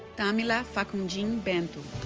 tamyla facundim bento